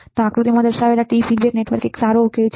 • આકૃતિમાં દર્શાવેલ T feedback network સારો ઉકેલ છે